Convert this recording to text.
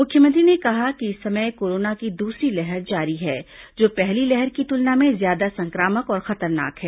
मुख्यमंत्री ने कहा कि इस समय कोरोना की दूसरी लहर जारी है जो पहली लहर की तुलना में ज्यादा संक्रामक और खतरनाक है